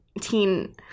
Teen